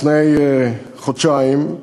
לפני חודשיים,